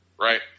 right